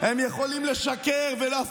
אתה מדבר על תקשורת מלטפת?